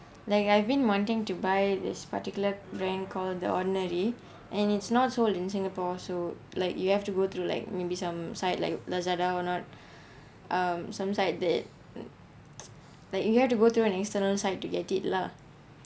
like I've been wanting to buy this particular brand called the ordinary and it's not sold in singapore so like you have to go through like maybe some site like lazada or not um some site that like you have to go through an external site to get it lah